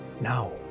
Now